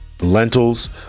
Lentils